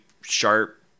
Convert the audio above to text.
sharp